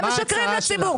אתם משקרים לציבור.